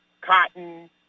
cotton